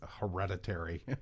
hereditary